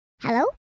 Hello